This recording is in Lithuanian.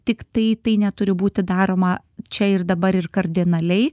tiktai tai neturi būti daroma čia ir dabar ir kardinaliai